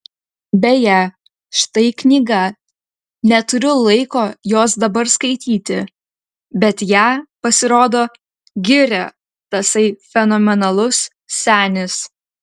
beje štai knyga neturiu laiko jos dabar skaityti bet ją pasirodo giria tasai fenomenalus senis